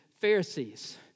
Pharisees